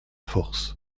force